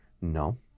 No